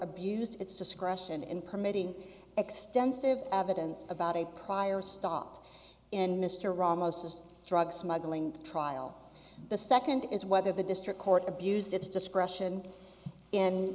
abused its discretion in permitting extensive evidence about a prior stop in mr ramos just drug smuggling trial the second is whether the district court abused its discretion in